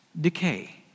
decay